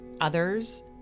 others